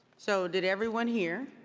so did everyone hear?